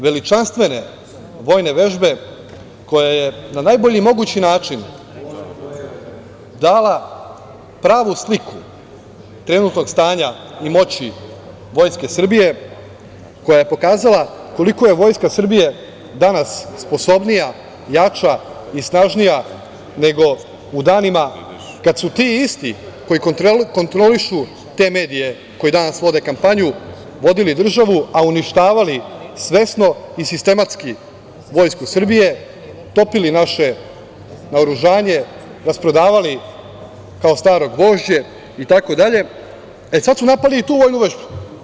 Veličanstven vojne vežbe koja je na najbolji mogući način dala pravu sliku trenutnog stanja i moći Vojske Srbije, koja je pokazala koliko je Vojska Srbije danas sposobnija, jača i snažnija, nego u danima kad su ti isti koji kontrolišu te medije, koji danas vode kampanju vodili državu, a uništavali svesno i sistematski Vojsku Srbije, topili naše naoružanje, rasprodavali kao staro gvožđe, i tako dalje i sad su napadali i tu vojnu vežbu.